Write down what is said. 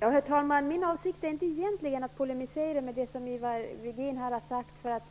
Herr talman! Min avsikt är egentligen inte att polemisera med det som Ivar Virgin har sagt.